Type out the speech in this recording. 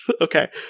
Okay